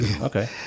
Okay